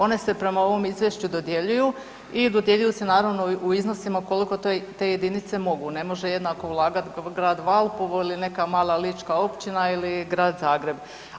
One se prema ovom izvješću dodjeljuju i dodjeljuju se naravno u iznosima koliko te jedince mogu, ne može jednako ulagat grad Valpovo ili neka mala lička općina ili Grad Zagreb.